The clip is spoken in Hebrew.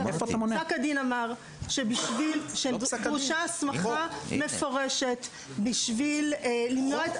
פסק הדין אמר שדרושה הסמכה מפורשת בשביל ל --- לא פסק הדין,